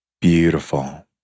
Beautiful